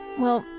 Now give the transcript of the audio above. well,